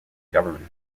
government